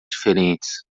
diferentes